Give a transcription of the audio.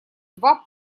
два